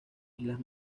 islas